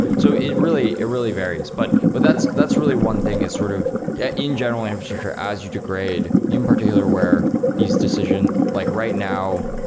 so it it really varies. but but that's that's really one thing is sort of yeah in general infrastructure as you degrade, in particular where these decision like right now,